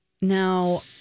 Now